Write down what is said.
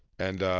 and,